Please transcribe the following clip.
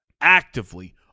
actively